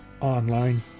online